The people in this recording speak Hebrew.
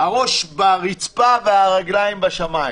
הראש ברצפה והרגליים בשמיים.